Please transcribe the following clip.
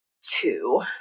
two